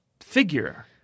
figure